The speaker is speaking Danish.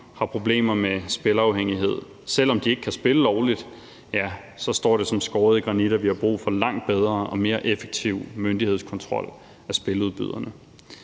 har problemer med spilafhængighed, selv om de ikke kan spille lovligt, ja, så står det som skåret i granit, at vi har brug for langt bedre og mere effektiv myndighedskontrol af spiludbyderne.